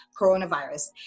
coronavirus